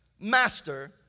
Master